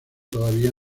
todavía